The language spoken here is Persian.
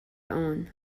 اون